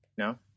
No